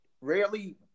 rarely